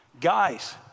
Guys